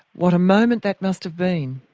what a moment that must have been.